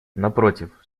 напротив